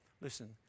listen